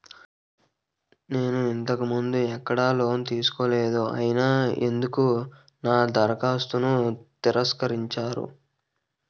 నేను ఇంతకు ముందు ఎక్కడ లోన్ తీసుకోలేదు అయినా ఎందుకు నా దరఖాస్తును తిరస్కరించారు?